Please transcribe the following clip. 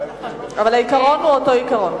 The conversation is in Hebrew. אבל העיקרון הוא אותו עיקרון.